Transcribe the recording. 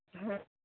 ᱦᱮᱸ